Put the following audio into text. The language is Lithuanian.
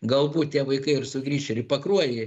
galbūt tie vaikai ir sugrįš ir į pakruojį